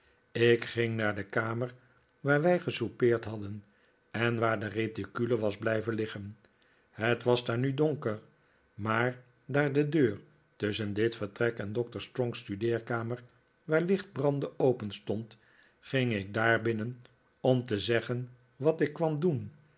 ik ging naar de kamer waar wij gesoupeerd hadden en waar de reticule was blijven liggen het was daar nu donker maar daar de deur tusschen dit vertrek en doctor strong's studeerkamer waar licht brandde openstond ging ik daar binnen om te zeggen wat ik kwam doen